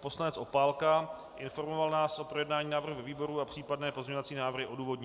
poslanec Opálka, informoval nás o projednání návrhu ve výboru a případné pozměňovací návrhy odůvodnil.